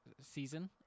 season